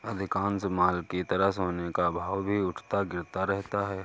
अधिकांश माल की तरह सोने का भाव भी उठता गिरता रहता है